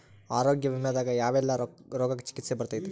ಆರೋಗ್ಯ ವಿಮೆದಾಗ ಯಾವೆಲ್ಲ ರೋಗಕ್ಕ ಚಿಕಿತ್ಸಿ ಬರ್ತೈತ್ರಿ?